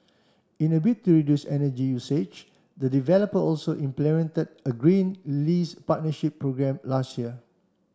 in a bid to reduce energy usage the developer also implemented a green lease partnership programme last year